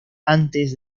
antes